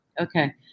Okay